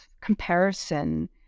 comparison